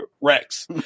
Rex